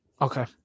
Okay